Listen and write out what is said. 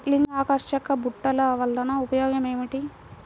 లింగాకర్షక బుట్టలు వలన ఉపయోగం ఏమిటి?